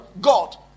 God